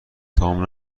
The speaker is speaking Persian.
تموم